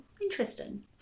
Interesting